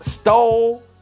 Stole